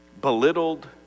belittled